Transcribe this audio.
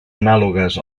anàlogues